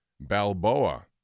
Balboa